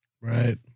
Right